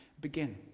begin